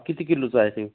किती किलोचा आहे ते